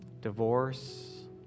divorce